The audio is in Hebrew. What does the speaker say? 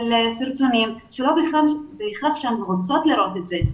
של סרטונים ולא בהכרח את רוצות לראות את זה.